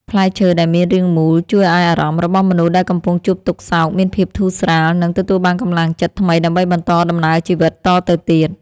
ផ្លែឈើដែលមានរាងមូលជួយឱ្យអារម្មណ៍របស់មនុស្សដែលកំពុងជួបទុក្ខសោកមានភាពធូរស្រាល និង ទទួលបានកម្លាំងចិត្តថ្មីដើម្បីបន្តដំណើរជីវិតតទៅទៀត។